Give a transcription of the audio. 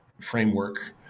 framework